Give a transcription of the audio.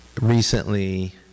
recently